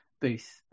booth